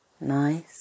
nice